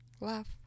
love